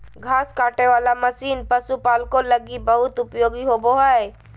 घास काटे वाला मशीन पशुपालको लगी बहुत उपयोगी होबो हइ